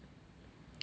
sorry sorry